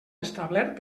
establert